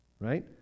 right